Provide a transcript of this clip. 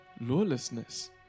lawlessness